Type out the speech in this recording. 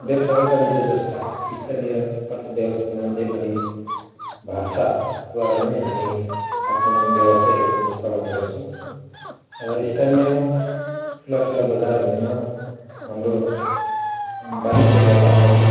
व्यापार वाणिज्य जस्ता स्थानीय अर्थ व्यवस्थामा नेपाली भाषाद्वारा नै हामी आफ्नो व्यवसायहरू चलाउने गर्छौँ र स्थानीय ठुला ठुला बजारहरूमा हाम्रो वाणिज्य व्यापारहरू